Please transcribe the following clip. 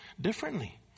differently